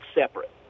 separate